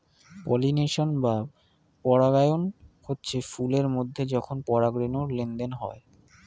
pollination বা পরাগায়ন হচ্ছে ফুল এর মধ্যে যখন পরাগ রেণুর লেনদেন হয়